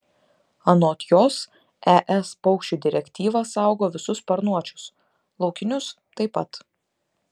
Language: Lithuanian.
anot jos es paukščių direktyva saugo visus sparnuočius laukinius taip pat